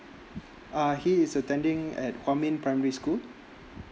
uh he is attending at kwang ming primary school